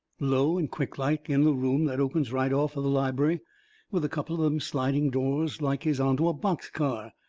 low and quicklike, in the room that opens right off of the lib'ary with a couple of them sliding doors like is onto a box car.